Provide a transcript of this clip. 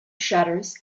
shutters